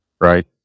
right